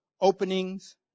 openings